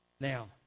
Now